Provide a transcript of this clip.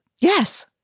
Yes